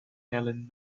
helen